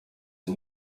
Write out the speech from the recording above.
and